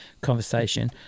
conversation